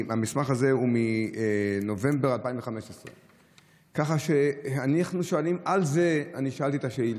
המסמך הזה הוא מנובמבר 2015. על זה שאלתי את השאילתה.